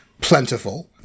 plentiful